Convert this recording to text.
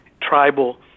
tribal